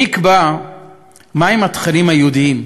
מי יקבע מה הם התכנים היהודיים?